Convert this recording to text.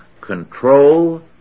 control